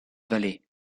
vallée